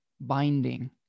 binding